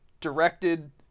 directed